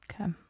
Okay